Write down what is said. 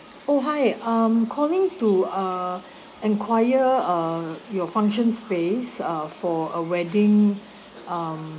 oh hi I'm calling to uh enquire uh your function space uh for a wedding um